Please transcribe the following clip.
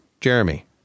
Jeremy